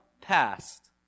past